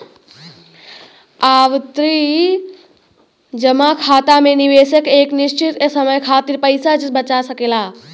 आवर्ती जमा खाता में निवेशक एक निश्चित समय खातिर पइसा बचा सकला